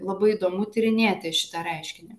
labai įdomu tyrinėti šitą reiškinį